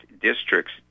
districts